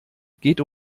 geht